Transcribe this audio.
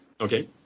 Okay